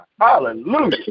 Hallelujah